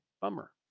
Bummer